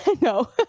no